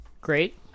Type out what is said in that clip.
Great